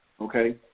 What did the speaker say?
okay